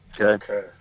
Okay